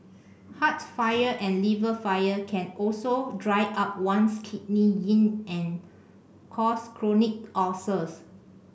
heart fire and liver fire can also dry up one's kidney yin and cause chronic ulcers